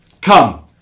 Come